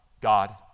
God